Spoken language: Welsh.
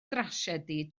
drasiedi